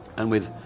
and with